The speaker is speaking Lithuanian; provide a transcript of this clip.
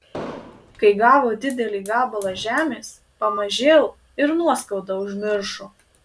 kai gavo didelį gabalą žemės pamažėl ir nuoskaudą užmiršo